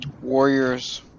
Warriors